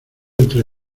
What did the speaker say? entre